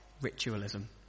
ritualism